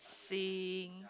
seeing